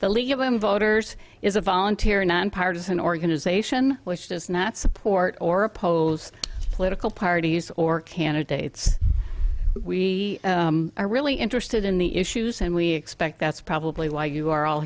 women voters is a volunteer a nonpartisan organization which does not support or oppose political parties or candidates we are really interested in the issues and we expect that's probably why you are all